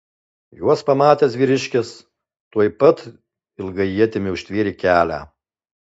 juos pamatęs vyriškis tuoj pat ilga ietimi užtvėrė kelią